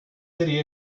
city